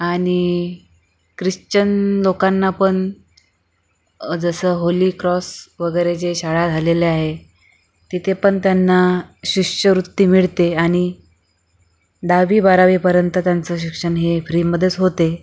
आणि क्रिश्चन लोकांना पण अ जसं होलीक्रॉस वगैरे जे शाळा झालेल्या आहे तिथे पण त्यांना शिष्यवृत्ती मिळते आणि दहावी बारावीपर्यंत त्यांचं शिक्षण हे फ्रीमध्येच होते